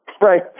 Right